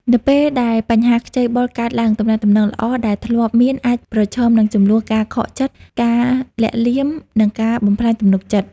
នៅពេលដែលបញ្ហាខ្ចីបុលកើតឡើង ទំនាក់ទំនងល្អដែលធ្លាប់មានអាចប្រឈមនឹង ជម្លោះ ការខកចិត្ត ការលាក់លៀម និងការបំផ្លាញទំនុកចិត្ត។